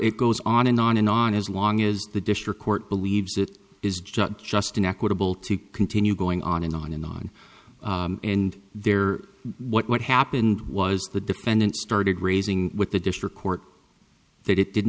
it goes on and on and on as long as the district court believes it is just just an equitable to continue going on and on and on and there what happened was the defendant started raising with the district court that it did